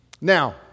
Now